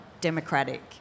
democratic